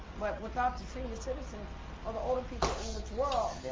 but without the senior citizens or the older people in this world.